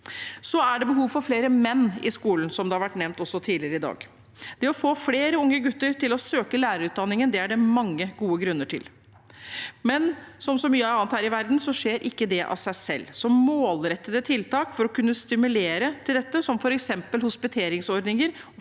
Det er også behov for flere menn i skolen, slik det har vært nevnt også tidligere i dag. Det å få flere unge gutter til å søke lærerutdanningen er det mange gode grunner til, men som med så mye annet her i verden skjer ikke det av seg selv. Målrettede tiltak for å kunne stimulere til dette, som f.eks. hospiteringsordninger